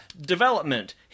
development